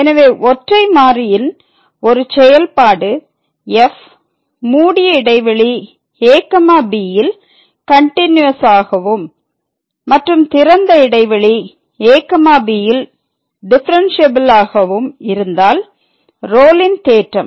எனவே ஒற்றை மாறியின் ஒரு செயல்பாடு f மூடிய இடைவெளி a b யில் கன்டினியூவெஸ் ஆகவும் மற்றும் திறந்த இடைவெளி a b யில் டிஃபிரன்ஸ்யபில் ஆகவும் இருந்தால் ரோலின் தேற்றம்